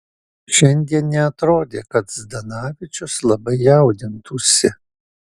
šiandien neatrodė kad zdanavičius labai jaudintųsi